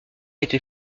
été